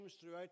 throughout